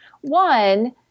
One